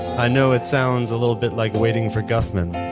i know it sounds a little bit like waiting for guffman,